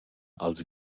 als